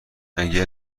اگه